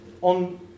on